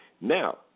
Now